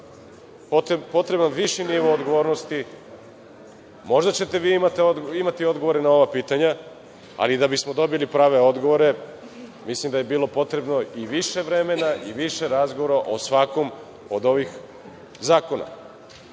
potreban viši nivo odgovornosti. Možda ćete vi imati odgovore na ova pitanja, ali da bismo dobili prave odgovore, mislim da je bilo potrebno i više vremena i više razgovora o svakom od ovih zakona. Ono